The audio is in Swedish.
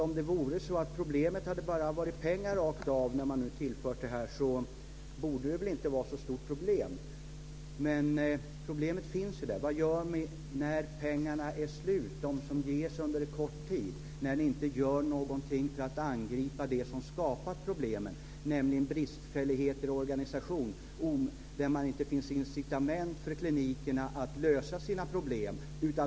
Om det vore så att problemet bara var pengar rakt av, Rolf Olsson, borde problemet inte vara så stort när man tillfört dem. Men problemet finns ju där. Vad gör ni när de pengar som ges under en kort tid är slut? Ni gör ju inte någonting för att angripa det som skapat problemen, nämligen bristfälligheter i organisationen. Det finns inte incitament för klinikerna att lösa sina problem.